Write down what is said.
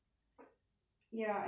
ya I believe it is